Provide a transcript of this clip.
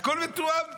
הכול מתואם בצורה,